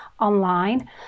online